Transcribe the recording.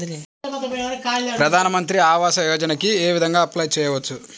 ప్రధాన మంత్రి ఆవాసయోజనకి ఏ విధంగా అప్లే చెయ్యవచ్చు?